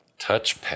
Touchpad